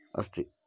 अस्ति